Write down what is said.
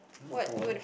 go on